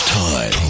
time